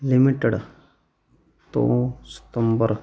limited ਤੋਂ ਸਤੰਬਰ